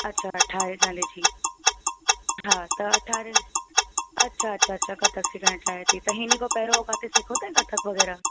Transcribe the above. अच्छा अरिड़हं साले जी हा त अरिड़हं अच्छा अच्छा अच्छा कत्थक सिखण चाहे थी त हिनी खां पेहिरीं किथे सिखो अथइ कत्थक वगै़रह